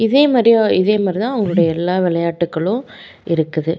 இதே மாதிரியே இதே மாதிரி தான் அவங்களுடைய எல்லா விளையாட்டுக்களும் இருக்குது